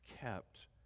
kept